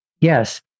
Yes